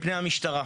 כפני המשטרה.